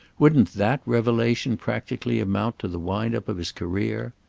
wouldn't that revelation practically amount to the wind-up of his career?